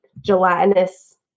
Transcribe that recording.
gelatinous